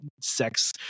sex